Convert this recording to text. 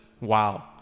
wow